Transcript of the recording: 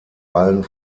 allen